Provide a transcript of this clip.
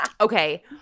okay